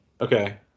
Okay